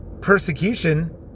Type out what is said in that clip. persecution